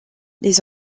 les